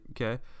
okay